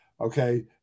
Okay